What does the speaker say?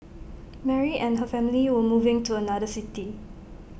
Mary and her family were moving to another city